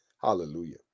Hallelujah